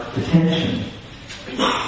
attention